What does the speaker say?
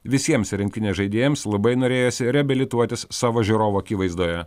visiems rinktinės žaidėjams labai norėjosi reabilituotis savo žiūrovų akivaizdoje